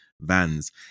vans